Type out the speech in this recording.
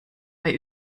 bei